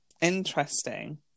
Interesting